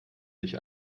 sich